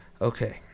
Okay